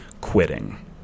quitting